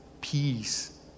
peace